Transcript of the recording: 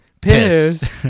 Piss